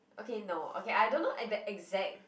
okay no okay I don't know at the exact